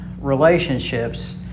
relationships